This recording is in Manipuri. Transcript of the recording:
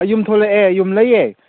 ꯑꯩ ꯌꯨꯝ ꯊꯣꯛꯂꯛꯑꯦ ꯌꯨꯝꯗ ꯂꯩꯌꯦ